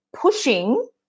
pushing